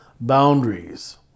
boundaries